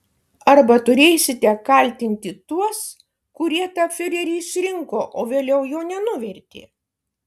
arba turėsite kaltinti tuos kurie tą fiurerį išrinko o vėliau jo nenuvertė